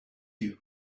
you